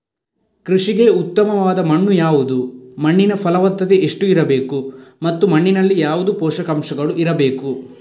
ಕೃಷಿಗೆ ಉತ್ತಮವಾದ ಮಣ್ಣು ಯಾವುದು, ಮಣ್ಣಿನ ಫಲವತ್ತತೆ ಎಷ್ಟು ಇರಬೇಕು ಮತ್ತು ಮಣ್ಣಿನಲ್ಲಿ ಯಾವುದು ಪೋಷಕಾಂಶಗಳು ಇರಬೇಕು?